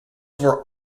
were